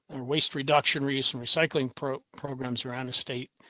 waste reduction, reduce and recycling programs around a state,